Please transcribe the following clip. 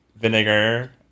vinegar